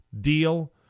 deal